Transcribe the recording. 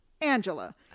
Angela